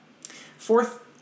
Fourth